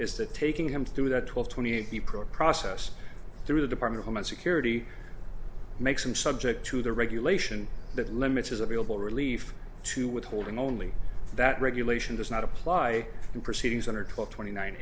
is that taking him through that twelve twenty the pro process through the department homeland security makes him subject to the regulation that limit is available relief to withholding only that regulation does not apply in proceedings under twelve twenty nine